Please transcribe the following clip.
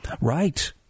Right